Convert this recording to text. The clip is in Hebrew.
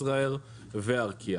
ישראייר וארקיע.